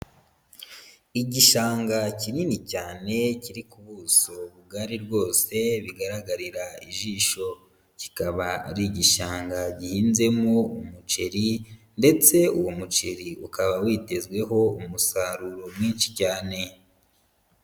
Igishanga kinini cyane kiri ku buso bugari rwose bigaragarira ijisho, kikaba ari igishanga gihinzemo umuceri ndetse uwo muceri ukaba witezweho umusaruro mwinshi cyane.